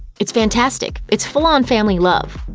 it's fantastic. it's full-on family love.